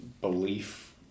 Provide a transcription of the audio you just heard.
belief